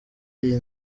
iyi